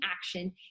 action